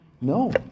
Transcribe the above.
No